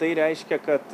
tai reiškia kad